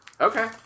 Okay